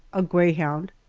a greyhound,